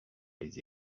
les